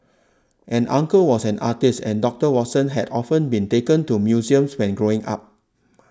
an uncle was an artist and Doctor Watson had often been taken to museums when growing up